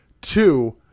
Two